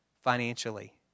financially